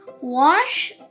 wash